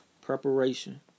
preparation